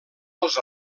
als